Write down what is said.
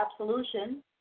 Absolution